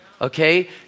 okay